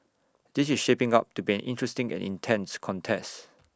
this is shaping up to be an interesting and intense contest